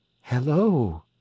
Hello